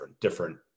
different